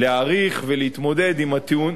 להאריך ולהתמודד עם הטיעון.